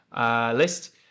list